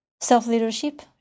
self-leadership